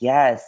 Yes